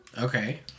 Okay